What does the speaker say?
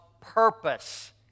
purpose